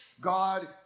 God